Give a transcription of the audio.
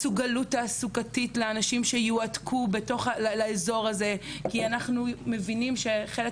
מסוגלות תעסוקתית לאנשים שיועתקו לאזור הזה כי אנחנו מבינים שחלק